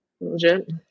legit